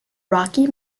rocky